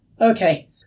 okay